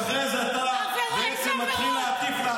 ואחרי זה בעצם אתה מתחיל להטיף לאחרים.